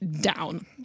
down